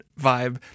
vibe